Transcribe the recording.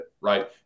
right